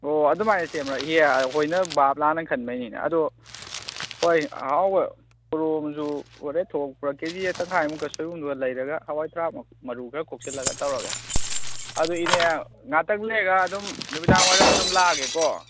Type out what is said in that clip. ꯑꯣ ꯑꯗꯨꯃꯥꯏꯅ ꯁꯦꯝꯕ꯭ꯔꯣ ꯏꯍꯦ ꯑꯩꯈꯣꯏꯅ ꯕꯥꯕ ꯂꯥꯟꯅ ꯈꯟꯕꯩꯅꯤꯅꯦ ꯑꯗꯣ ꯍꯣꯏ ꯑꯍꯥꯎꯕ ꯄꯣꯔꯣꯝꯁꯨ ꯐꯖꯅ ꯊꯣꯛꯄ ꯀꯦꯖꯤ ꯇꯪꯈꯥꯏ ꯑꯃꯨꯛꯀ ꯁꯣꯏꯕꯨꯝꯗꯨꯒ ꯂꯩꯔꯒ ꯍꯋꯥꯏ ꯊꯔꯥꯛꯇꯣ ꯃꯔꯨ ꯈꯔ ꯈꯣꯛꯆꯤꯜꯂꯒ ꯇꯧꯔꯒꯦ ꯑꯗꯨ ꯏꯅꯦ ꯉꯥꯛꯇꯪ ꯂꯩꯔꯒ ꯑꯗꯨꯝ ꯅꯨꯃꯤꯗꯥꯡ ꯋꯥꯏꯔꯝ ꯑꯗꯨꯝ ꯂꯥꯛꯑꯒꯦꯀꯣ